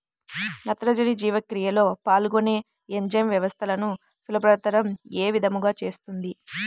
నత్రజని జీవక్రియలో పాల్గొనే ఎంజైమ్ వ్యవస్థలను సులభతరం ఏ విధముగా చేస్తుంది?